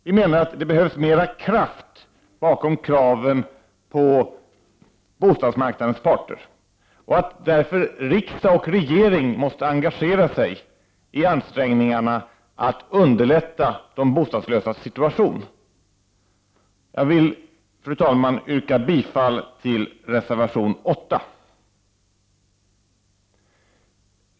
Vi menar att det behövs mer kraft bakom kraven på bostadsmarknadens parter. Riksdag och regering måste därför engagera sig i ansträngningarna att underlätta de bostadslösas situation. Jag vill, fru talman, yrka bifall till reservation 8.